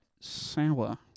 sour